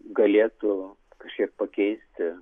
galėtų kažkiek pakeisti